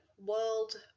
world